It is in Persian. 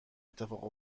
اتفاق